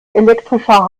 elektrischer